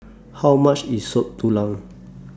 How much IS Soup Tulang